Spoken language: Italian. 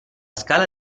scala